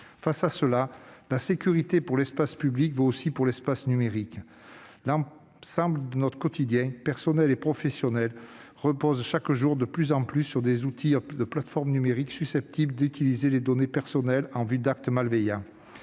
jour. Or la sécurité requise dans l'espace public vaut aussi pour l'espace numérique. L'ensemble de notre quotidien, personnel et professionnel, repose un peu plus chaque jour sur des outils et plateformes numériques susceptibles d'utiliser nos données personnelles en vue d'actes malveillants.